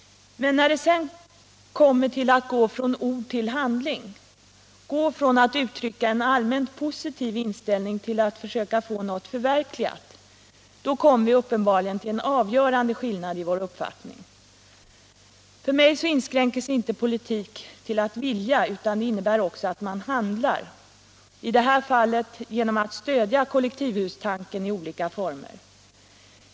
Men när man skall gå från ord till handling, gå från att uttrycka en allmänt positiv inställning till att försöka få något förverkligat, kommer vi uppenbarligen till en avgörande skillnad i vår uppfattning. För mig inskränker sig inte politik till att vilja, utan det innebär också att man handlar — i det här fallet genom att stödja kollektivhustanken i olika former.